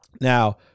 Now